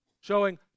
showing